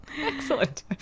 excellent